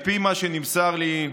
על פי מה שנמסר לי,